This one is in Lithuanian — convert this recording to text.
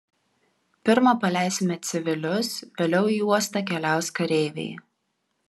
pirma paleisime civilius vėliau į uostą keliaus kareiviai